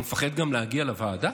אבל הוא מפחד גם להגיע לוועדה?